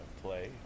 play